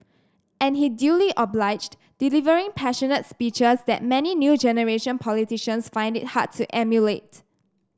and he duly obliged delivering passionate speeches that many new generation politicians find it hard to emulate